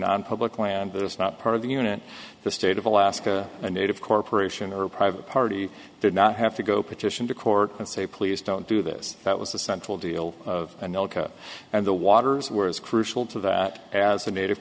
nonpublic land that is not part of the unit the state of alaska a native corporation or a private party did not have to go petition to court and say please don't do this that was the central deal and milka and the waters were as crucial to that as a native